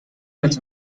nicht